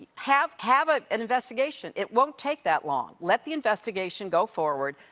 have have ah an investigation. it won't take that long. let the investigation go forward,